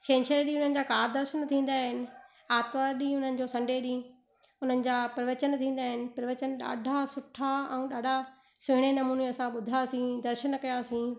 छंछरु ॾींहुं वेंदा का दर्शन थींदा आहिनि आतवारु ॾींहुं हुननि जो संडे ॾीं हुननि जा परवचन थींदा आहिनि परवचन ॾाढा सुठा ऐं ॾाढा सुहिणे नमूने असां ॿुधासीं दर्शन कयासीं